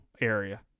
area